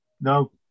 No